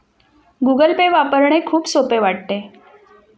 Google Pay वापरणे खूप सोपे वाटते